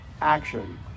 action